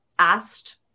Asked